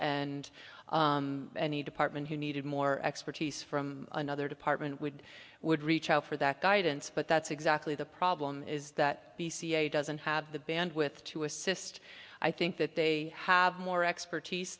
and any department who needed more expertise from another department would would reach out for that guidance but that's exactly the problem is that the cia doesn't have the bandwidth to assist i think that they have more expertise